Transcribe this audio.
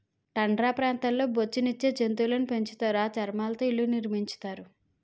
tundra ప్రాంతాల్లో బొఉచ్చు నిచ్చే జంతువులును పెంచుతారు ఆ చర్మాలతో ఇళ్లు నిర్మించుతారు